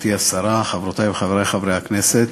גברתי השרה, חברותי וחברי חברי הכנסת,